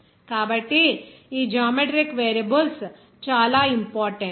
కాబట్టి ఈ geometric variables చాలా ఇంపార్టెంట్